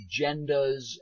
agendas